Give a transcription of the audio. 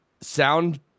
sound